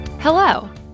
Hello